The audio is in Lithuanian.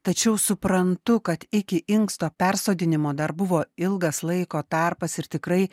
tačiau suprantu kad iki inksto persodinimo dar buvo ilgas laiko tarpas ir tikrai